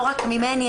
לא רק ממני,